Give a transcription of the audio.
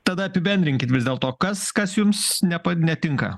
tada apibendrinkit vis dėlto kas kas jums nepa netinka